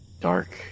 dark